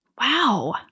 Wow